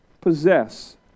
possess